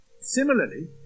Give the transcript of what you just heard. Similarly